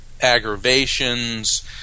aggravations